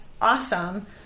awesome